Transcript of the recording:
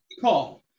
call